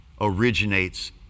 originates